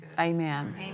Amen